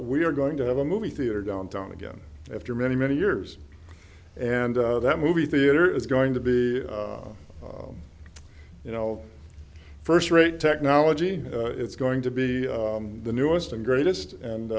we are going to have a movie theater downtown again after many many years and that movie theater is going to be you know first rate technology it's going to be the newest and greatest and